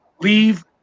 leave